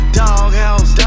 doghouse